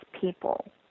people